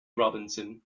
robinson